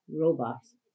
Robots